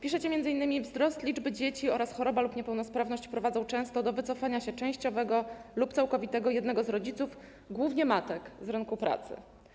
Piszecie m.in.: wzrost liczby dzieci oraz choroba lub niepełnosprawność prowadzą często do wycofania się częściowego lub całkowitego jednego z rodziców, głównie matek, z rynku pracy.